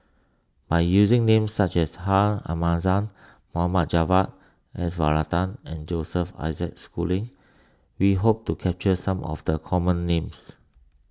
by using names such as Ha Namazie Mohd Javad S Varathan and Joseph Isaac Schooling we hope to capture some of the common names